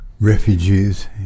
refugees